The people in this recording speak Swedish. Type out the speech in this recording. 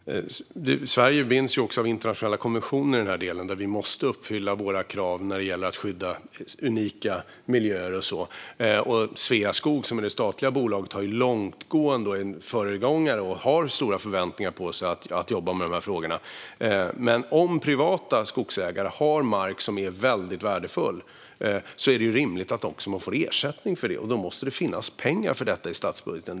Fru talman! Sverige är delvis bundet av internationella konventioner som gör att vi måste skydda unika miljöer. Det statliga bolaget Sveaskog är en föregångare och har stora förväntningar på sig att jobba med dessa frågor. Om privata skogsägare har mark som är väldigt värdefull är det rimligt att de får ersättning för den, och då måste det finnas pengar för detta i statsbudgeten.